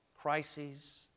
crises